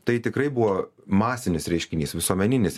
tai tikrai buvo masinis reiškinys visuomeninis